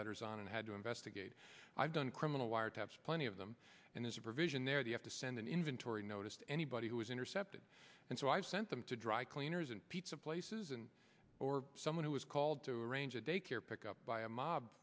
letters and had to investigate i've done criminal wiretaps plenty of them and there's a provision there they have to send an inventory noticed anybody who was intercepted and so i've sent them to dry cleaners and pizza places and or someone who is called to arrange a day care pick up by a mob